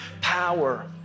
power